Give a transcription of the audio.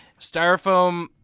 Styrofoam